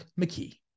McKee